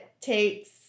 takes